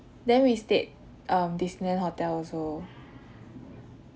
then we stayed um disneyland hotel also